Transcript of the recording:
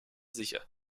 sicher